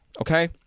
okay